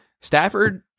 Stafford